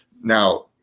Now